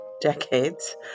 decades